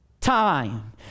Time